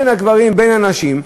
בין הגברים ובין הנשים,